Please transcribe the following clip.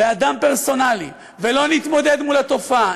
באדם פרסונלי ולא נתמודד מול התופעה,